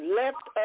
left